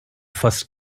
first